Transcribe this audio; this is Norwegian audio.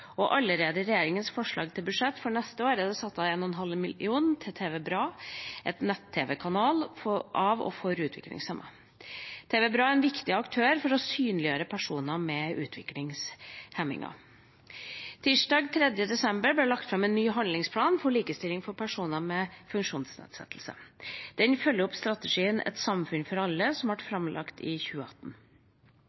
og allerede i regjeringas forslag til budsjett for neste år er det satt av 1,5 mill. kr til TV BRA, en nett-tv-kanal av og for utviklingshemmede. TV BRA er en viktig aktør for å synliggjøre personer med utviklingshemninger. Tirsdag 3. desember ble det lagt fram en ny handlingsplan for likestilling for personer med funksjonsnedsettelse. Den følger opp strategien Et samfunn for alle, som ble